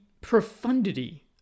profundity